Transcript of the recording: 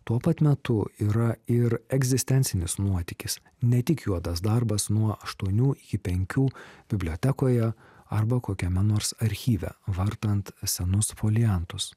tuo pat metu yra ir egzistencinis nuotykis ne tik juodas darbas nuo aštuonių iki penkių bibliotekoje arba kokiame nors archyve vartant senus foliantus